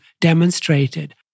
demonstrated